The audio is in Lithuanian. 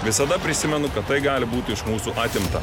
visada prisimenu kad tai gali būti iš mūsų atimta